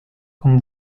con